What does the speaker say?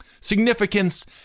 significance